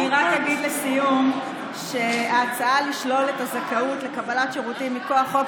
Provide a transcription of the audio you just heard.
אני רק אגיד לסיום שההצעה לשלול את הזכאות לקבלת שירותים מכוח חוק